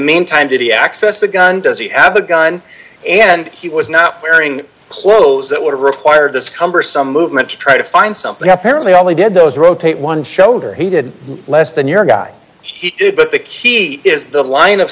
meantime did he access the gun does he have a gun and he was not wearing clothes that would require this cumbersome movement to try to find something that parents only did those rotate one shoulder he did less than your guy he did but the key is the line of